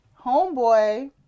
Homeboy